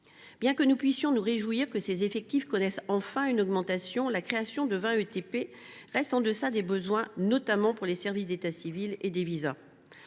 Bien que nous puissions nous réjouir que ces effectifs connaissent, enfin, une augmentation, la création de 20 ETP reste en deçà des besoins, notamment pour les services d’état civil et des visas.